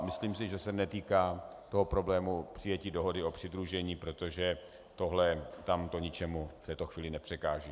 Myslím si, že se netýká problému přijetí dohody o přidružení, protože tohle ničemu v této chvíli nepřekáží.